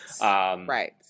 right